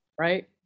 right